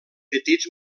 petits